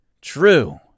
True